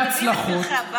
מביאים את פרחי הבר.